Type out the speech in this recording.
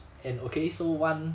and okay so one